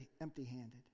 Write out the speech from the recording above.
empty-handed